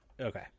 okay